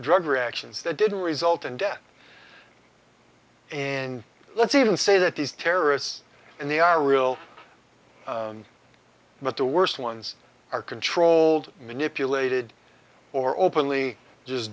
drug reactions that didn't result in death and let's even say that these terrorists and they are real but the worst ones are controlled manipulated or openly just